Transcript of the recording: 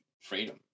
freedom